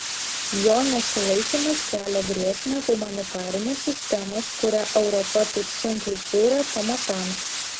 jo nesilaikymas kelia grėsmę humanitarinės sistemos kurią europa taip sunkiai kūrė pamatams